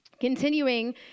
continuing